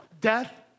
Death